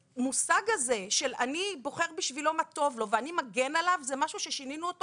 המושג הזה של אני בוחר בשבילו מה טוב לו ומגן עליו זה משהו ששינינו אותו